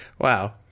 Wow